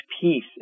peace